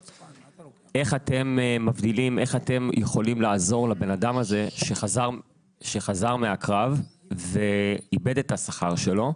איך אתם יכולים לעזור לבן אדם הזה שחזר מהקרב ואיבד את השכר שלו?